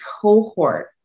cohort